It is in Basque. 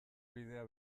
bidea